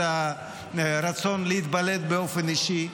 את הרצון להתבלט באופן אישי,